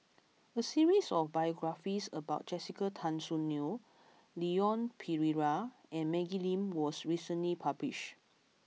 a series of biographies about Jessica Tan Soon Neo Leon Perera and Maggie Lim was recently published